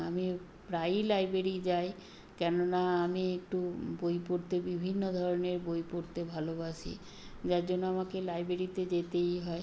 আমি প্রায়ই লাইব্রেরি যাই কেননা আমি একটু বই পড়তে বিভিন্ন ধরনের বই পড়তে ভালোবাসি যার জন্য আমাকে লাইব্রেরিতে যেতেই হয়